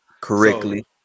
correctly